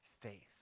faith